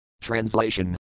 Translation